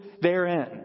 therein